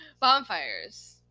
Bonfires